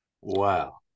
Wow